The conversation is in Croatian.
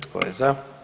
Tko je za?